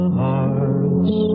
hearts